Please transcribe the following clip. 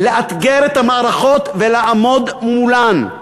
לאתגר את המערכות ולעמוד מולן.